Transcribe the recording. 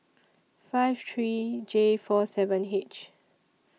five three J four seven H